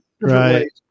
right